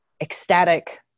ecstatic